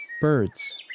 birds